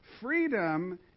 freedom